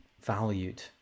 valued